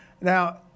Now